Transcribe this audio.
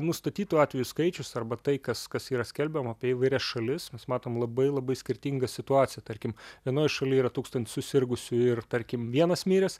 nustatytų atvejų skaičius arba tai kas kas yra skelbiama apie įvairias šalis mes matom labai labai skirtingą situaciją tarkim vienoj šaly yra tūkstantis susirgusių ir tarkim vienas miręs